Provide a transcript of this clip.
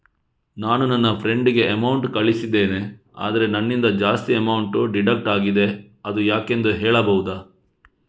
ನಾನು ನನ್ನ ಫ್ರೆಂಡ್ ಗೆ ಅಮೌಂಟ್ ಕಳ್ಸಿದ್ದೇನೆ ಆದ್ರೆ ನನ್ನಿಂದ ಜಾಸ್ತಿ ಅಮೌಂಟ್ ಡಿಡಕ್ಟ್ ಆಗಿದೆ ಅದು ಯಾಕೆಂದು ಹೇಳ್ಬಹುದಾ?